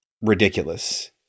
Ridiculous